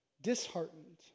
disheartened